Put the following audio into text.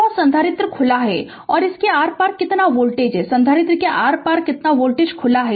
और संधारित्र खुला है तो इसके आर पार कितना वोल्टेज है संधारित्र के आर पार कितना वोल्टेज खुला है